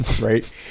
Right